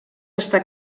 estar